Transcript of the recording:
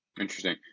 Interesting